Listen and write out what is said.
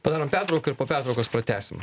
padarom pertrauką ir po pertraukos pratęsim